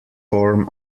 form